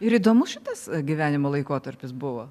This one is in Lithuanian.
ir įdomus šitas gyvenimo laikotarpis buvo